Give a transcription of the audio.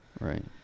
Right